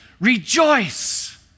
rejoice